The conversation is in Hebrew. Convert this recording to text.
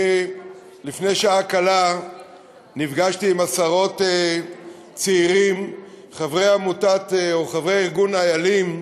לפני שעה קלה נפגשתי עם עשרות צעירים חברי ארגון "איילים",